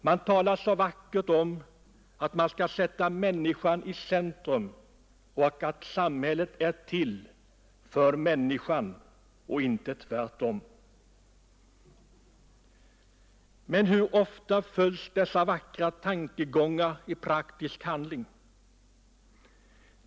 Man talar så vackert om att man skall sätta människan i centrum, att samhället är till för människan och inte tvärtom. Men hur ofta följs dessa vackra tankegångar i praktisk handling?